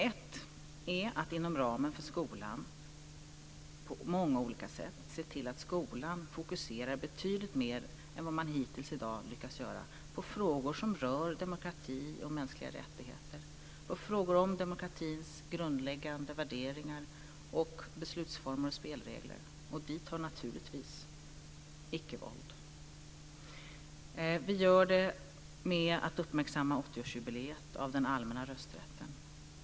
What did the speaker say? Ett sätt är att inom ramen för skolan se till att skolan fokuserar betydligt mer än vad man hittills har gjort frågor som rör demokrati och mänskliga rättigheter, demokratins grundläggande värderingar, beslutsformer och spelregler. Dit hör naturligtvis icke-våld. Vi uppmärksammar också 80-årsjubileet av den allmänna rösträtten.